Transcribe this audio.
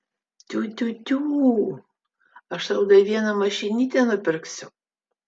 tiu tiu tiū aš tau dar vieną mašinytę nupirksiu